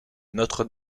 notre